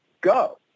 go